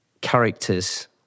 characters